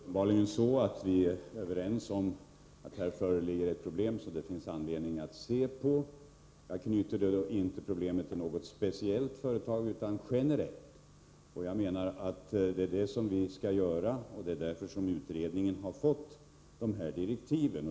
Herr talman! Vi är uppenbarligen överens om att det här föreligger ett problem som det finns anledning att studera. Jag knyter inte problemet till något speciellt företag, utan ser det generellt. Det är det som vi skall göra, och det är därför som utredningen har fått dessa direktiv.